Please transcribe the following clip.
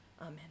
Amen